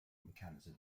mechanism